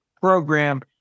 program